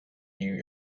new